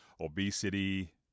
obesity